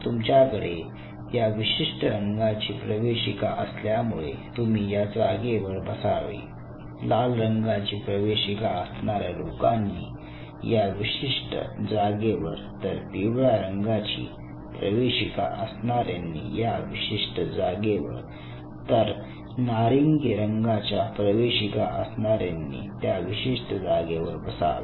तुमच्याकडे या विशिष्ट रंगाची प्रवेशिका असल्यामुळे तुम्ही या जागेवर बसावे लाल रंगाची प्रवेशिका असणाऱ्या लोकांनी या विशिष्ट जागेवर तर पिवळ्या रंगाची प्रवेशिका असणाऱ्यांनी या विशिष्ट जागेवर तर नारिंगी रंगाच्या प्रवेशिका असणाऱ्यांनी त्या विशिष्ट जागेवर बसावे